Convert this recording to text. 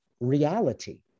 Reality